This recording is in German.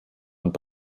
und